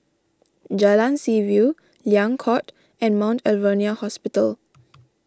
Jalan Seaview Liang Court and Mount Alvernia Hospital